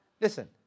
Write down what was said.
Listen